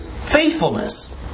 faithfulness